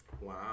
Wow